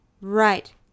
Right